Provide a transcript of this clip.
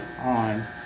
on